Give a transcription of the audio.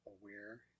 aware